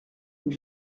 une